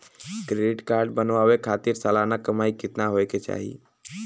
Credit card बनवावे खातिर सालाना कमाई कितना होए के चाही?